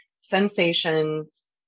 sensations